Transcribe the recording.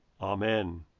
Amen